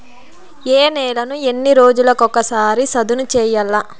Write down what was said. ఏ నేలను ఎన్ని రోజులకొక సారి సదును చేయల్ల?